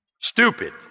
Stupid